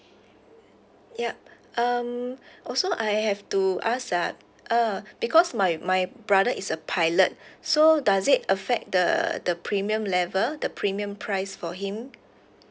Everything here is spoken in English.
yup um also I have to ask ah uh because my my brother is a pilot so does it affect the the premium level the premium price for him